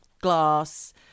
glass